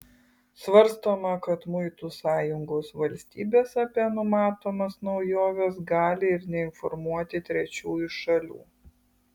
svarstoma kad muitų sąjungos valstybės apie numatomas naujoves gali ir neinformuoti trečiųjų šalių